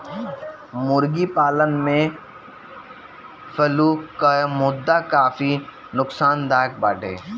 मुर्गी पालन में फ्लू कअ मुद्दा काफी नोकसानदायक बाटे